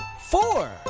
Four